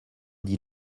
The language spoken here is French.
dit